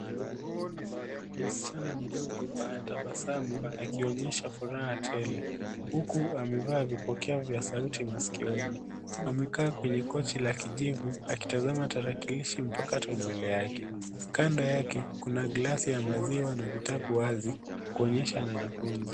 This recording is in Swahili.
Msichana mdogo anatabasamu akionyesha furaha tele huku amevaa vipokea sauti maskioni. Amekaa kwenye kochi la kijivu akitazama tarakilishi mpakato mbele yake kando yake kuna glasi ya maziwa na vitabu wazi kuonyesha anajifunza.